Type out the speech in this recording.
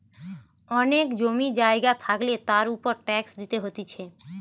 অনেক জমি জায়গা থাকলে তার উপর ট্যাক্স দিতে হতিছে